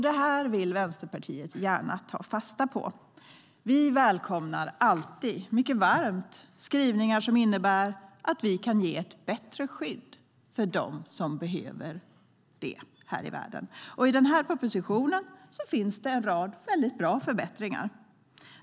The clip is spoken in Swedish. Det här vill Vänsterpartiet gärna ta fasta på. Vi välkomnar alltid mycket varmt skrivningar som innebär att vi kan ge ett bättre skydd för dem som behöver det här i världen. I den här propositionen finns det en rad bra förbättringar.